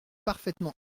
parfaitement